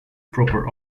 proper